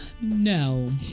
no